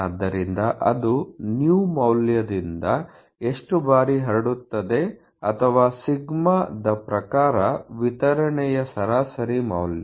ಆದ್ದರಿಂದ ಅದು µ ಮೌಲ್ಯದಿಂದµ value x ಎಷ್ಟು ಬಾರಿ ಹರಡುತ್ತದೆ ಅಥವಾ σ ದ ಪ್ರಕಾರ ವಿತರಣೆಯ ಸರಾಸರಿ ಮೌಲ್ಯ